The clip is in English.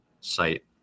site